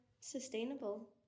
sustainable